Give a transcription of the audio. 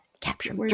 capture